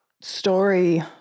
story